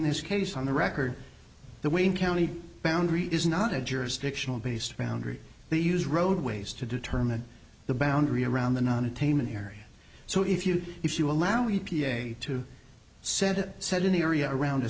this case on the record the wayne county boundary is not a jurisdictional based boundary they use roadways to determine the boundary around the non ataman area so if you if you allow e p a to set it set in the area around a